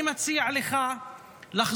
אני מציע לך לחזור,